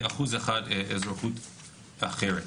ואחוז אחד אזרחות אחרת.